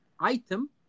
item